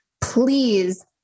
please